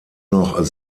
noch